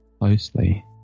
closely